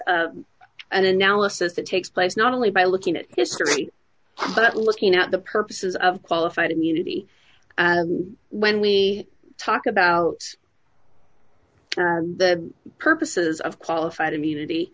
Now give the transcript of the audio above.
is an analysis that takes place not only by looking at history but looking at the purposes of qualified immunity and when we talk about the purposes of qualified immunity